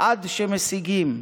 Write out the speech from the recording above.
עד שמשיגים.